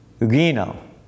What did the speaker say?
Ugino